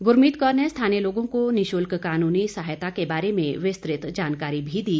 गुरमीत कौर ने स्थानीय लोगों को निःशुल्क कानूनी सहायता के बारे में भी जानकारी दी